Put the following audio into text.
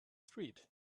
street